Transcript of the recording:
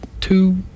two